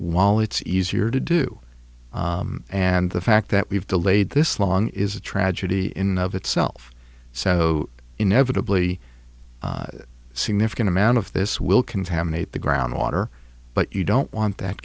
while it's easier to do and the fact that we've delayed this long is a tragedy in of itself so inevitably significant amount of this will contaminate the groundwater but you don't want that